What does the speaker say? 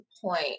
point